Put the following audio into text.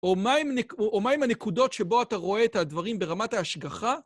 או מה עם הנקודות שבו אתה רואה את הדברים ברמת ההשגחה?